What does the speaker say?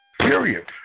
Period